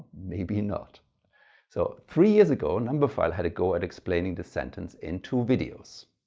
maybe not so three years ago numberphile had a go at explaining the sentence in two videos.